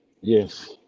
Yes